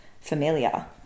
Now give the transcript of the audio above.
familiar